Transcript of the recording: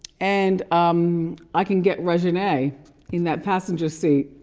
and um i can get reginae in that passenger seat.